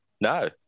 No